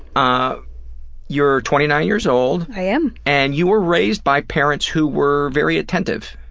um you're twenty nine years old. i am. and you were raised by parents who were very attentive.